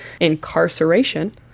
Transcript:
incarceration